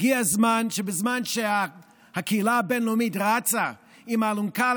הגיע הזמן שבזמן שהקהילה הבין-לאומית רצה עם אלונקה על